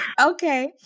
Okay